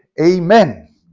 Amen